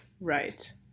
Right